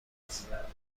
بستانهای